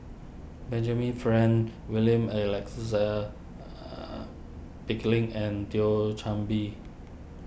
Benjamin Frank William Alexander Pickering and Thio Chan Bee